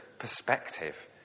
perspective